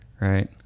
right